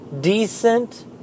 decent